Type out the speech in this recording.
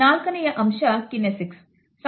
ನಾಲ್ಕನೆಯ ಅಂಶ Kinesics